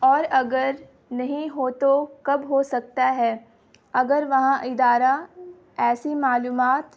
اور اگر نہیں ہو تو کب ہو سکتا ہے اگر وہاں ادارہ ایسی معلومات